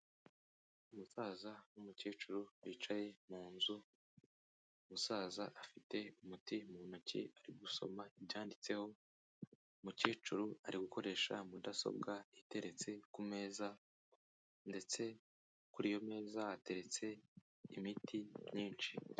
Umusaza n'umukecuru bicaye mu nzu, umusaza afite umuti mu ntoki ari gusoma ibyanditseho, umukecuru ari gukoresha mudasobwa iteretse ku meza, ndetse kuri iyo meza hateretse imiti myinshi.